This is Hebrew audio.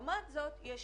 לעומת זאת, יש